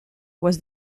was